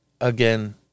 again